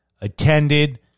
attended